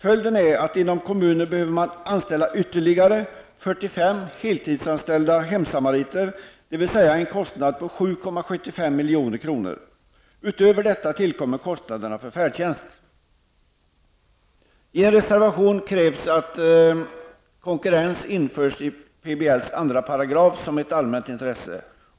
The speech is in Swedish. Följden blir att man inom kommunen måste anställa ytterligare 45 milj.kr. Utöver detta tillkommer kostnaderna för färdtjänst. I en reservation krävs att som ett allmänt intresse konkurrensbestämmelser införs i PBLs 2 §.